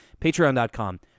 patreon.com